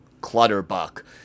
Clutterbuck